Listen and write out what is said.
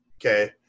Okay